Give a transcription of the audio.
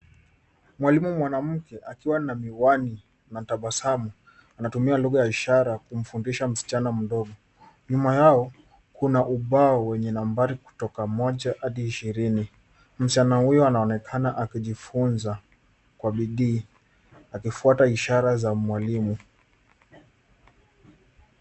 Mwalimu mwanamke akiwa na miwani na tabasamu anatumia lugha ya ishara kumfundisha msichana mdogo. Nyuma yao kuna ubao wenye nambari kutoka moja hadi ishirini. Msichana huyo anaonekana akijifunza kwa bidii akifwata ishara za mwalimu.